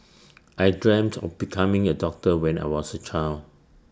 I dreamt of becoming A doctor when I was A child